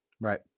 Right